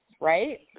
right